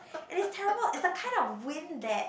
and it's terrible it's the kind of wind that